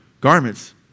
garments